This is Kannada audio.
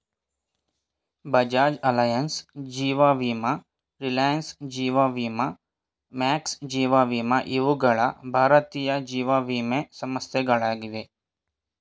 ಬಜಾಜ್ ಅಲೈನ್ಸ್, ಜೀವ ವಿಮಾ ರಿಲಯನ್ಸ್, ಜೀವ ವಿಮಾ ಮ್ಯಾಕ್ಸ್, ಜೀವ ವಿಮಾ ಇವುಗಳ ಭಾರತೀಯ ಜೀವವಿಮೆ ಸಂಸ್ಥೆಗಳಾಗಿವೆ